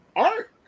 art